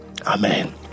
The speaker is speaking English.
Amen